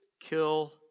kill